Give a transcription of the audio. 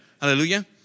Hallelujah